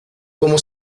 como